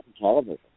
television